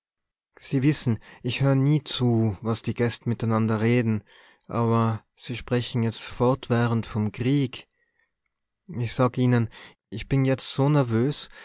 se wissen ich hör nie zu was die gäst miteinander reden aber sie sprechen jetzt fortwährend vom krieg ich sag ihnen ich bin jetzt so nervös